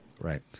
Right